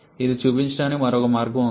దీన్ని చూపించడానికి మరొక మార్గం ఉంది